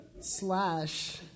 slash